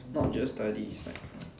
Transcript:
not just study it's like